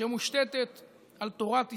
שמושתתת על תורת ישראל.